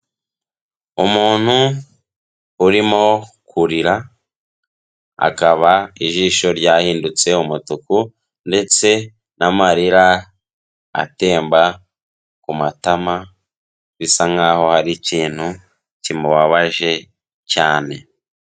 Umuntu urimo kurira, akaba ijisho ryahindutse umutuku, ndetse n'amarira atemba ku matama, bisa nk'aho ari ikintu, kimubabaje cyane.